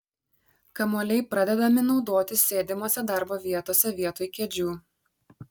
kamuoliai pradedami naudoti sėdimose darbo vietose vietoj kėdžių